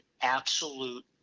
absolute